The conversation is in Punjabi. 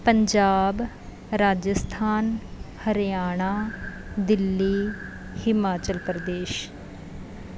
ਪੰਜਾਬ ਰਾਜਸਥਾਨ ਹਰਿਆਣਾ ਦਿੱਲੀ ਹਿਮਾਚਲ ਪ੍ਰਦੇਸ਼